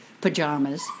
pajamas